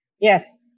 Yes